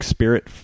Spirit